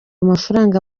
amafaranga